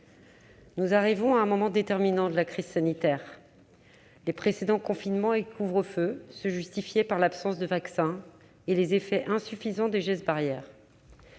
nous arrivons à un moment déterminant de la crise sanitaire. Les précédents confinements et couvre-feux se justifiaient par l'absence de vaccin et les effets insuffisants des gestes barrières.